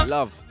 Love